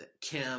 Kim